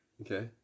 Okay